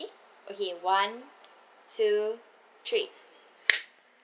okay one two three